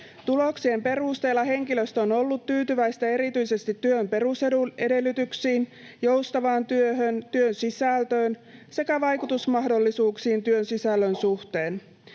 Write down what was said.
Tuloksien perusteella henkilöstö on ollut tyytyväistä erityisesti työn perusedellytyksiin, joustavaan työhön, työn sisältöön sekä vaikutusmahdollisuuksiin työn sisällön suhteen.